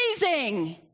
amazing